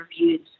reviews